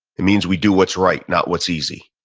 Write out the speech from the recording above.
it means we do what's right, not what's easy,